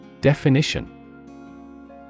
Definition